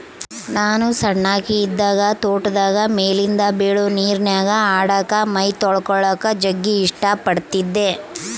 ನಾನು ಸಣ್ಣಕಿ ಇದ್ದಾಗ ತೋಟದಾಗ ಮೇಲಿಂದ ಬೀಳೊ ನೀರಿನ್ಯಾಗ ಆಡಕ, ಮೈತೊಳಕಳಕ ಜಗ್ಗಿ ಇಷ್ಟ ಪಡತ್ತಿದ್ದೆ